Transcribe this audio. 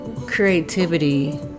creativity